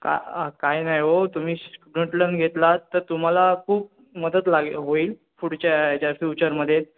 काय नाही हो तुम्ही स्टुडंट लोन घेतलात तर तुम्हाला खूप मदत लागेल होईल पुढच्या याच्या फ्युचरमध्ये